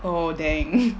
oh dang